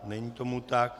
Není tomu tak.